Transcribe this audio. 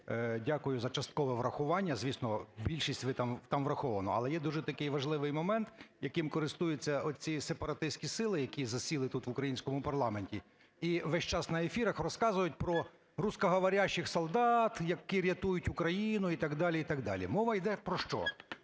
Дякую за часткове врахування. Звісно, більшість там враховано. Але є дуже такий важливий момент, яким користуються оці сепаратистські сили, які засіли тут в українському парламенті і весь час на ефірах розказують про "русскоговорящих" солдат, які рятують Україну і так далі, і так далі. Мова йде про що?